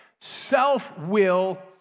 Self-will